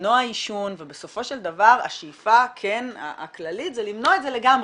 ולמנוע עישון ובסופו של דבר השאיפה הכללית זה למנוע את זה לגמרי,